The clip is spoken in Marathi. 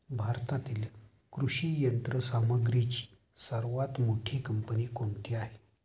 भारतातील कृषी यंत्रसामग्रीची सर्वात मोठी कंपनी कोणती आहे?